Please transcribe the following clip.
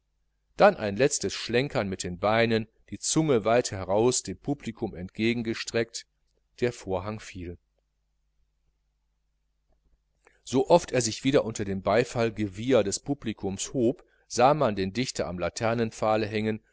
dann ein letztes schlenkern mit den beinen die zunge weit heraus dem publikum entgegengestreckt der vorhang fiel so oft er sich wieder unter dem beifallgewieher des publikums hob sah man den dichter am laternenpfahl hängen